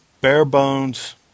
bare-bones